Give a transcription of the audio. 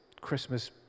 Christmas